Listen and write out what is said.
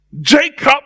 Jacob